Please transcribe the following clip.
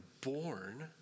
born